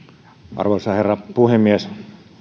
arvoisa herra puhemies